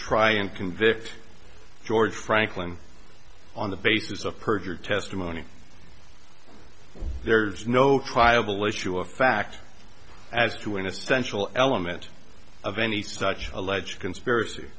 try and convict george franklin on the basis of perjured testimony there is no triable issue of fact as to an essential element of any such alleged conspiracy